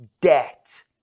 debt